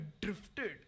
drifted